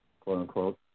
quote-unquote